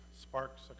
sparks